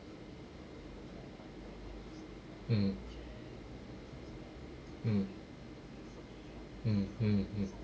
mm mm mm mm mm